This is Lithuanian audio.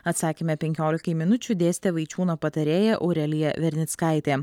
atsakyme penkiolikai minučių dėstė vaičiūno patarėja aurelija vernickaitė